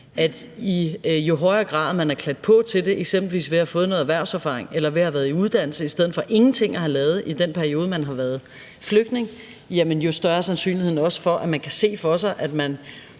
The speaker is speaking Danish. at i jo højere grad man er klædt på til det, eksempelvis ved at have fået noget erhvervserfaring eller ved at have været i uddannelse i stedet for ingenting at have lavet i den periode, man har været flygtning, jo større er sandsynligheden også for, at man kan se for sig, at man